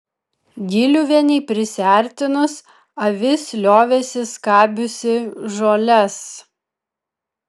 giliuvienei prisiartinus avis liovėsi skabiusi žoles